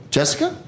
Jessica